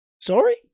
Sorry